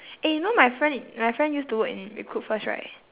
eh you know my friend i~ my friend used to work in recruitfirst right